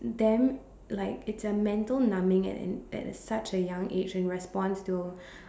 them like it's a mental numbing at an at an such a young age in response to